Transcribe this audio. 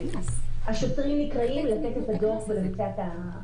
השוטרים נקראים לתת את הדוח ולבצע את האכיפה.